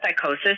psychosis